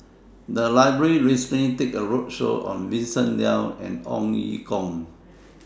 The Library recently did A roadshow on Vincent Leow and Ong Ye Kung